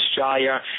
Australia